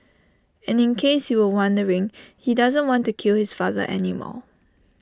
and in case you were wondering he doesn't want to kill his father anymore